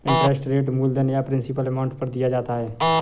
interest rate मूलधन या principal amount पर दिया जाता है